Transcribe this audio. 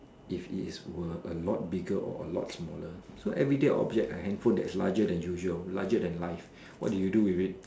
if it is were a lot bigger or a lot smaller so everyday object a handphone that is larger than usual larger than life what do you do with it